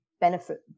benefit